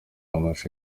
amashusho